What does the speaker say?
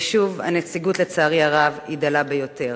ושוב הנציגות, לצערי הרב, דלה ביותר,